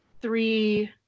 three